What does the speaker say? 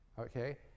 Okay